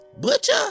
butcher